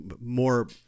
more